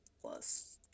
Plus